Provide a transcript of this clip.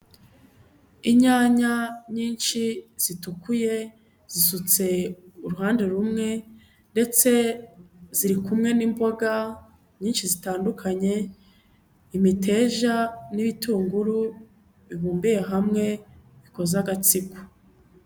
Inyanya nyinshi zitukuye, zisutse uruhande rumwe ndetse ziri kumwe n'imboga, nyinshi zitandukanye, imiteja n'ibitunguru, bibumbiye hamwe, bikoze agatsiko.